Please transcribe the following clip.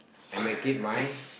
and make it my